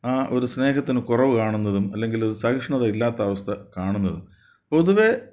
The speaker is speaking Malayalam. ആ ഒരു സ്നേഹത്തിനു കുറവുകാണുന്നതും അല്ലെങ്കിൽ സഹിഷ്ണതയില്ലാത്തവസ്ഥ കാണുന്നതും പൊതുവേ